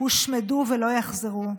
הושמדו ולא יחזרו.